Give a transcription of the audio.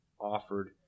offered